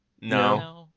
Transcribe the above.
No